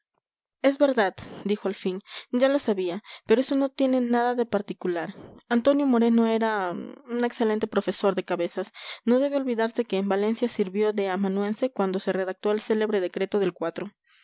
es verdad dijo al fin ya lo sabía pero eso no tiene nada de particular antonio moreno era un excelente profesor de cabezas no debe olvidarse que en valencia sirvió de amanuense cuando se redactó el célebre decreto del